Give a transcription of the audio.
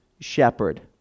shepherd